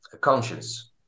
conscience